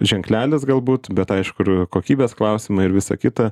ženklelis galbūt bet aišku ir kokybės klausimai ir visa kita